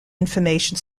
information